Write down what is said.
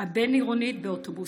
הבין-עירונית באוטובוסים.